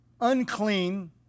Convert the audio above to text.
unclean